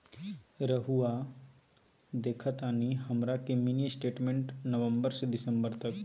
रहुआ देखतानी हमरा के मिनी स्टेटमेंट नवंबर से दिसंबर तक?